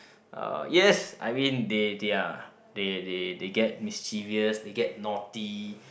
uh yes I mean they they're they they they get mischievous they get naughty